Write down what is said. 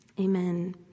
Amen